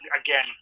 again